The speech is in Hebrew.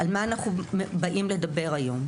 על מה אנחנו באים לדבר היום?